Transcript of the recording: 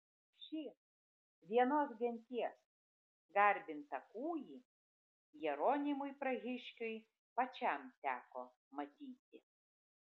šį vienos genties garbintą kūjį jeronimui prahiškiui pačiam teko matyti